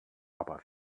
aber